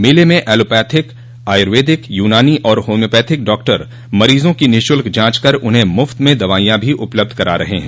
मेले में allopathic ayurvedic Unani और होम्योपैथिक डॉक्टर मरीजों की निःशुल्क जांच कर उन्हें मुफ्त में दवाएं भी उपलब्ध करा रहे हैं